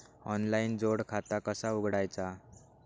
Online जोड खाता कसा उघडायचा?